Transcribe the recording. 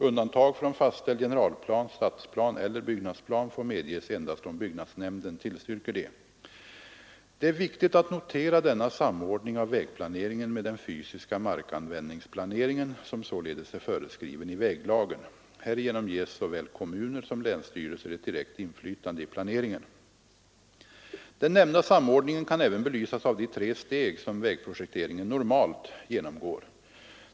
Undantag från fastställd generalplan, stadsplan eller byggnadsplan får medges endast om byggnadsnämnden tillstyrker det. Det är viktigt att notera denna samordning av vägplaneringen med den fysiska markanvändningsplaneringen som således är föreskriven i väglagen. Härigenom ges såväl kommuner som länsstyrelser ett direkt inflytande i planeringen. Den nämnda samordningen kan även belysas av de tre steg som vägprojekteringen normalt genomgår.